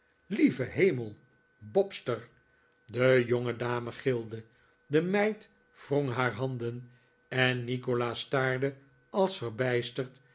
lieve hemel bobster de jongedame gilde de meid wrong haar handen en nikolaas staarde als verbijsterd